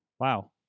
Wow